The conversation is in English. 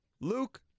Luke